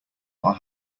are